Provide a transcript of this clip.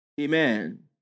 amen